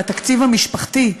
על התקציב המשפחתי,